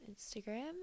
instagram